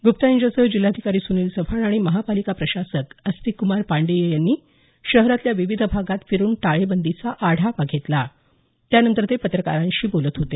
गुप्ता यांच्यासह जिल्हाधिकारी सुनील चव्हाण आणि महापालिका प्रशासक आस्तिकक्मार पांडेय यांनी शहरातल्या विविध भागात फिरुन टाळेबंदीचा आढावा घेतला त्यानंतर ते पत्रकारांशी बोलत होते